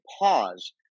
pause